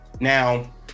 Now